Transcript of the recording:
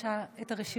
תודעה מס'